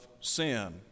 sin